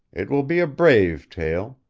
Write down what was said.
it will be a brave tale!